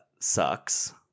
sucks